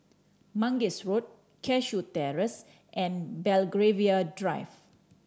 Mangis Road Cashew Terrace and Belgravia Drive